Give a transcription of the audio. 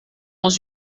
dans